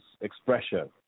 expression